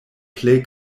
plej